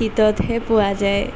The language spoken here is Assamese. শীততহে পোৱা যায়